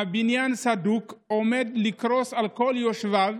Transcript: הבניין סדוק ועומד לקרוס על כל יושביו.